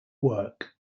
work